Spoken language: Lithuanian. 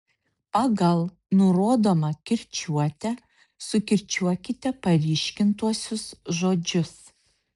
pagal nurodomą kirčiuotę sukirčiuokite paryškintuosius žodžius